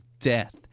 Death